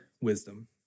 wisdom